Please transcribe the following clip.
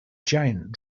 giant